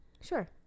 sure